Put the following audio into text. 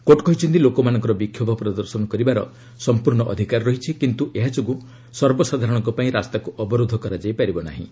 court କହିଛନ୍ତି ଲୋକମାନଙ୍କର ବିକ୍ଷୋଭ ପ୍ରଦର୍ଶନ କରିବାର ଅଧିକାର ରହିଛି କିନ୍ତୁ ଏହା ଯୋଗୁଁ ସର୍ବସାଧାରଣଙ୍କ ପାଇଁ ରାସ୍ତାକୁ ଅବରୋଧ କରାଯାଇ ପାରିବ ନାହିଁ